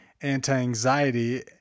anti-anxiety